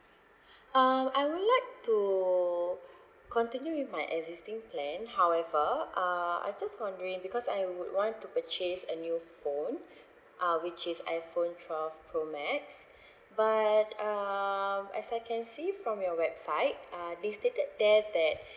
um I would like to continue with my existing plan however uh I just wondering because I would want to purchase a new phone uh which is iphone twelve pro max but um as I can see from your website uh they stated there that